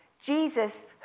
Jesus